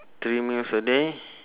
three meals a day